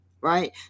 right